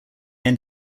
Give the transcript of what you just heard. end